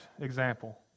example